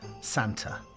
Santa